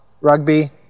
rugby